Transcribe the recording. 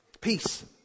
Peace